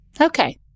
okay